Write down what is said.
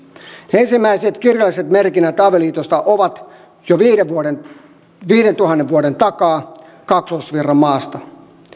ensimmäiset kirjalliset merkinnät avioliitosta ovat jo viidentuhannen vuoden takaa kaksoisvirran maasta